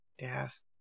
Yes